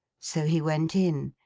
so he went in,